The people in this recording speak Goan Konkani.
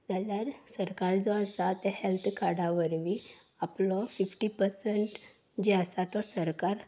जाल्यार सरकार जो आसा ते हेल्थ कार्डा वरवीं आपलो फिफ्टी पर्संट जें आसा तो सरकार